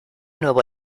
nuevo